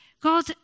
God